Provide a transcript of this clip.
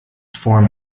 formed